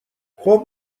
خوب